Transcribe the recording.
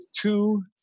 two